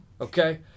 okay